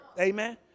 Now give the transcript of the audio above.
Amen